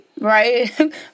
Right